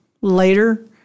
later